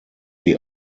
die